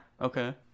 okay